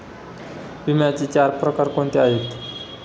विम्याचे चार प्रकार कोणते आहेत?